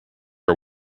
are